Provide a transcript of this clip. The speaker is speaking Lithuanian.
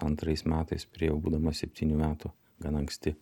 antrais metais priėjau būdamas septynių metų gan anksti